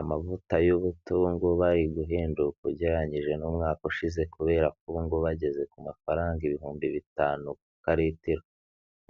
Amavuta y'ubuto ubu ngubu ari guhenduka ugereranyije n'umwaka ushize, kubera ko ubu ngubu ageze ku mafaranga ibihumbi bitanu ku ka litiro.